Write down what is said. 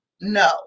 no